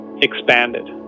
expanded